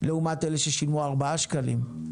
לעומת אלה ששילמו ארבעה שקלים.